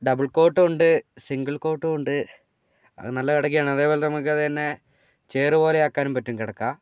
double കോട്ടും ഉണ്ട് single കോട്ടും ഉണ്ട് അത് നല്ല കിടക്കയാണ് അതേപോലെ നമുക്ക് അതുതന്നെ ചെയറ് പോലെ ആക്കാനും പറ്റും കിടക്ക